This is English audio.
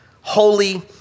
Holy